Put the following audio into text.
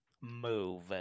move